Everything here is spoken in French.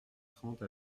trente